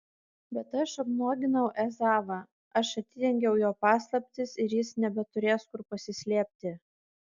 bet aš apnuoginau ezavą aš atidengiau jo paslaptis ir jis nebeturės kur pasislėpti